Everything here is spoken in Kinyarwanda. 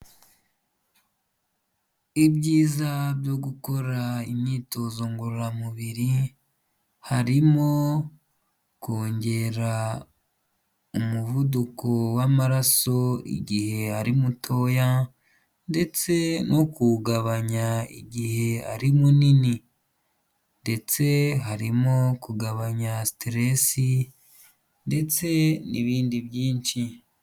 ibyiza byo gukora imyitozo ngororamubiri, harimo kongera umuvuduko w'amaraso igihe ari mutoya, ndetse no kuwugabanya igihe ari munini, ndetse harimo kugabanya siteresi, ndetse n'ibindi byinshi.